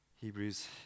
Hebrews